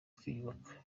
twiyubaka